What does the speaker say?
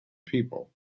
people